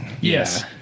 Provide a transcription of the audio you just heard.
Yes